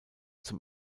zum